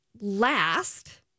last